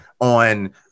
on